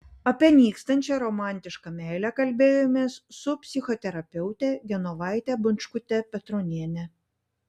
apie nykstančią romantišką meilę kalbėjomės su psichoterapeute genovaite bončkute petroniene